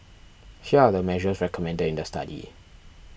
here are the measures recommended in the study